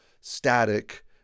static